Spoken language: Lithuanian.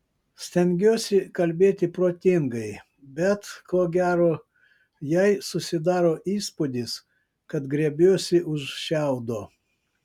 stengiuosi kalbėti protingai bet ko gero jai susidaro įspūdis kad griebiuosi už šiaudo